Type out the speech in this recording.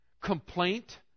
complaint